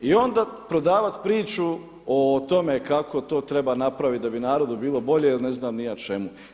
I onda prodavat priču o tome kako to treba napraviti da bi narodu bilo bolje ili ne znam ni ja čemu.